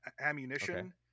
ammunition